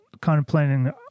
contemplating